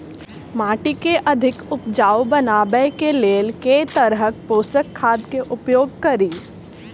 माटि केँ अधिक उपजाउ बनाबय केँ लेल केँ तरहक पोसक खाद केँ उपयोग करि?